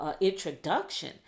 introduction